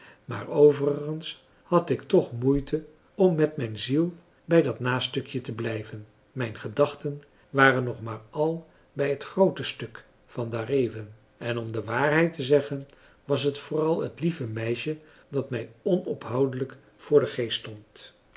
maar overigens had ik toch moeite om met mijn ziel bij dat nastukje te blijven mijn gedachten waren nog maar al bij het groote stuk van daareven en om de waarheid te zeggen was het vooral het lieve meisje dat mij onophoudelijk voor den geest